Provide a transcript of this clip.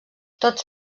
tots